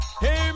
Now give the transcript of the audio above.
Hey